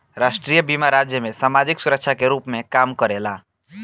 राष्ट्रीय बीमा राज्य में सामाजिक सुरक्षा के रूप में काम करेला